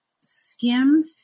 skim